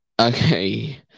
Okay